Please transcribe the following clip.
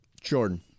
Jordan